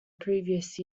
previous